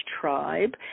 tribe